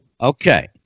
Okay